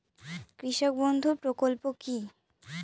কৃষক বন্ধু প্রকল্প কি?